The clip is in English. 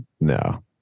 No